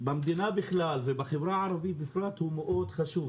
במדינה בכלל ובחברה הערבית בכלל, הוא מאוד חשוב.